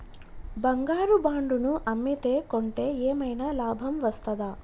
బంగారు బాండు ను అమ్మితే కొంటే ఏమైనా లాభం వస్తదా?